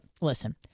listen